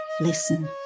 Listen